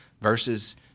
versus